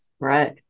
Right